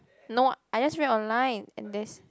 no I just read online and there's